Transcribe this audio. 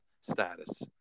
status